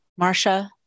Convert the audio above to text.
Marsha